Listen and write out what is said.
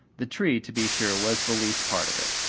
the tree, to be sure, was the least part of it.